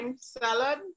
salad